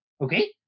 Okay